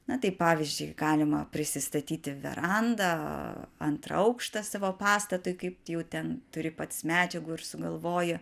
na tai pavyzdžiui galima prisistatyti verandą antrą aukštą savo pastatui kaip jau ten turi pats medžiagų ir sugalvoji